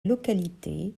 localité